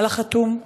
על החתום,